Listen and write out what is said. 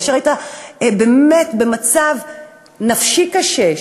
כאשר היית באמת במצב נפשי קשה,